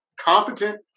competent